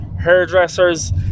hairdressers